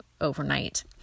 overnight